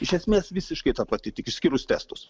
iš esmės visiškai ta pati tik išskyrus testus